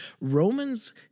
Romans